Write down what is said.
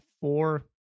four